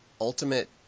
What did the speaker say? ultimate